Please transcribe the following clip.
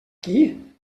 qui